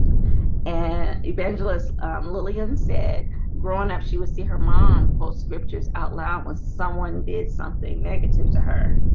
and evangelos lillian said growing up. she would see her mind quote scriptures out loud when someone did something negative to her